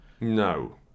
No